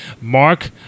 Mark